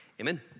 Amen